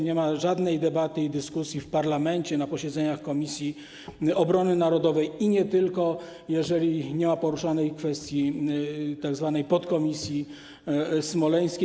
Nie ma żadnej debaty i dyskusji w parlamencie, na posiedzeniach Komisji Obrony Narodowej, i nie tylko, jeżeli nie ma poruszonej kwestii tzw. podkomisji smoleńskiej.